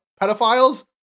pedophiles